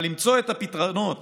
אבל למצוא את הפתרונות